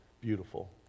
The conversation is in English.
beautiful